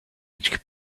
each